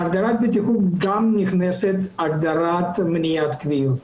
בהגדרת בטיחות גם נכנסת הגדרת מניעת כוויות.